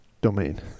domain